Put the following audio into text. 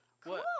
Cool